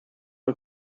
nur